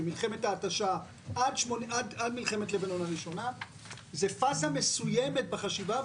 ומלחמת ההתשה עד מלחמת לבנון הראשונה זה פאזה מסוימת בחשיבה.